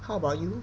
how about you